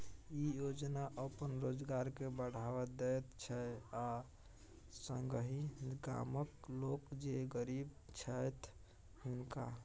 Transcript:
ई योजना अपन रोजगार के बढ़ावा दैत छै आ संगहि गामक लोक जे गरीब छैथ हुनका